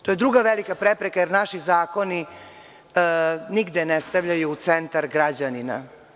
To je druga velika prepreka, jer naši zakoni nigde ne stavljaju u centar građanina.